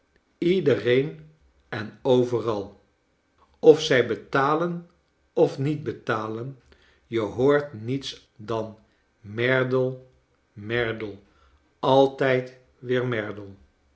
iedereen en overal of zij betalen of niet betalen je hoort niets dan merdle merdle altijd weer merdle